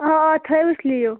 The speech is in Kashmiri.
آ آ تھٲوہوس لیٖو